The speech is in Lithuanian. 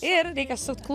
ir reikia sukt klu